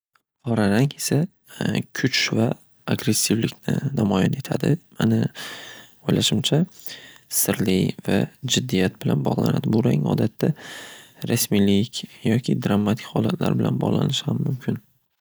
Qora rang esa kuch va agressivlikni namoyon etadi mani o'ylashimcha sirli va jiddiyat bilan bog'lanadi bu rang odatda rasmiylik yoki drammatik holatlar bilan ham bog'lanishi mumkin.